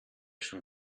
schon